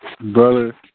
brother